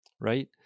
right